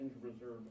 reserve